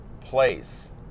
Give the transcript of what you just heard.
place